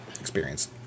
experience